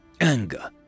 Anger